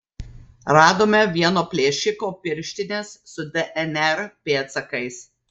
radome vieno plėšiko pirštines su dnr pėdsakais